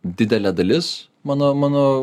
didelė dalis mano mano